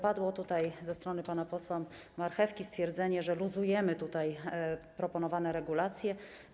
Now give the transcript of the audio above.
Padło tutaj ze strony pana posła Marchewki stwierdzenie, że luzujemy proponowane regulacje.